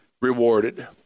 rewarded